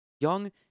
young